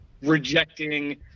rejecting